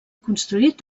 construït